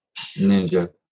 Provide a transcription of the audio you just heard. Ninja